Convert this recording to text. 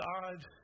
God